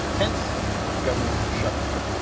hence government shutdown.